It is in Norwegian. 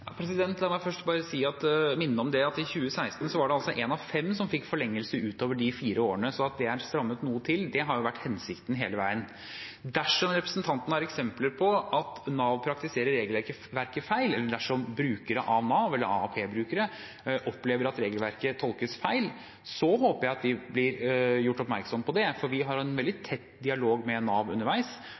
La meg først bare minne om at i 2016 var det en av fem som fikk forlengelse utover de fire årene, så at det er strammet noe til, har jo vært hensikten hele veien. Dersom representanten har eksempler på at Nav praktiserer regelverket feil, eller dersom brukere av Nav eller AAP-brukere opplever at regelverket tolkes feil, håper jeg at vi blir gjort oppmerksom på det, for vi har en veldig tett dialog med Nav underveis